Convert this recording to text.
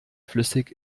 flüssig